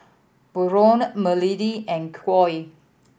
Barron Marilee and Coy